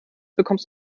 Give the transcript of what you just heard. bekommst